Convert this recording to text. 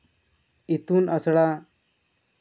ᱤᱛᱩᱱ ᱟᱥᱲᱟ